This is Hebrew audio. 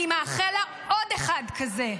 אני מאחל לה עוד אחד כזה".